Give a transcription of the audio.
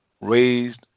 raised